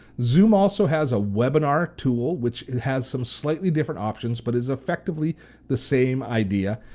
zoom also has a webinar tool which has some slightly different options, but is effectively the same idea.